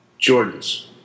Jordans